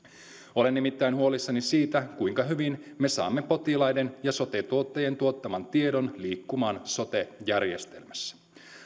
olen nimittäin huolissani siitä kuinka hyvin me saamme potilaiden ja sote tuottajien tuottaman tiedon liikkumaan sote järjestelmässä